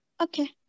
Okay